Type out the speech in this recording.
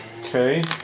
Okay